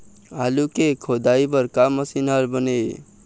आलू के खोदाई बर का मशीन हर बने ये?